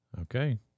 Okay